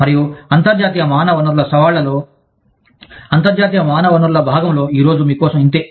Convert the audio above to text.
మరియు అంతర్జాతీయ మానవ వనరుల సవాళ్ళలో అంతర్జాతీయ మానవ వనరుల భాగంలో ఈ రోజు మీ కోసం ఇంతే